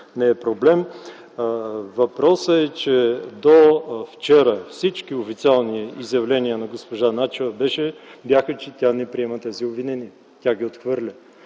не е проблем. Въпросът е, че до вчера всички официални изявления на госпожа Начева бяха, че тя не приема тези обвинения, тя ги отхвърля.